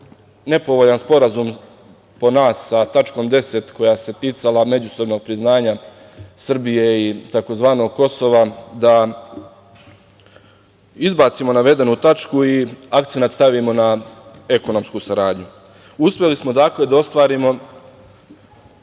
nepovoljan sporazum po nas sa tačkom 10. koja se ticala međusobnog priznanja Srbije i tzv. Kosova da izbacimo navedenu tačku i akcenat stavimo na ekonomsku saradnju. Uspeli smo da ostvarimo